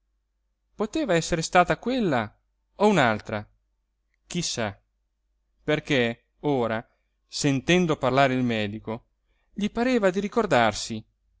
mosca poteva essere stata quella o un'altra chi sa perché ora sentendo parlare il medico gli pareva di ricordarsi